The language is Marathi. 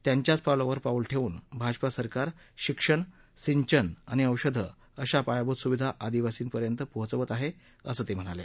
त्यांच्याच पावलावर पाऊल टाकून भाजपा सरकार शिक्षण सिंचन आणि औषधं अशा पायाभूत सुविधा आदिवासीपर्यंत पोहचवत आहेत असं ते म्हणाले